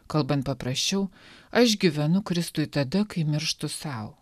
kalbant paprasčiau aš gyvenu kristui tada kai mirštu sau